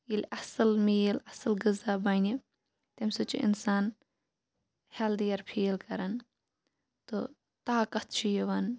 ییٚلہِ اَصٕل میٖل اَصٕل غذا بَنہِ تمہِ سۭتۍ چھُ اِنسان ہیٚلدِیر فیٖل کران تہٕ طاقت چھُ یِوان